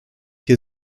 hier